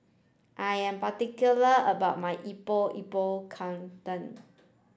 I am particular about my Epok Epok Kentang